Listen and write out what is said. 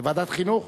לוועדת החינוך?